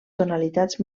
tonalitats